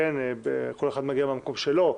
כי כל אחד מגיע מהמקום שלו.